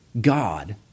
God